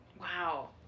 Wow